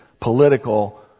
political